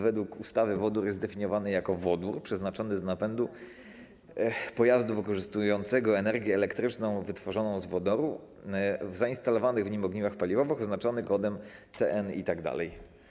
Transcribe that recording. Według ustawy wodór jest definiowany jako wodór przeznaczony do napędu pojazdu wykorzystującego energię elektryczną wytworzoną z wodoru w zainstalowanych w nim ogniwach paliwowych, oznaczony kodem CN itd.